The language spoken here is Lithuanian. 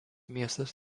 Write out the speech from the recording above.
miestas